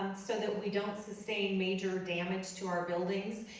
so that we don't sustain major damage to our buildings.